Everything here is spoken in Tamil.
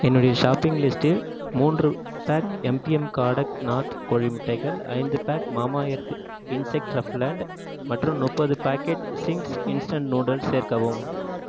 என்னுடைய ஷாப்பிங் லிஸ்டில் மூன்று பேக் எம்பிஎம் காடக் நாத் கோழி முட்டைகள் ஐந்து பேக் மாமாஎர்த் இன்செக்ட் ரெஃபலண்ட் மற்றும் முப்பது பேக்கெட் சிங்க்ஸ் இன்ஸ்டன்ட் நூடுல்ஸ் சேர்க்கவும்